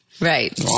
Right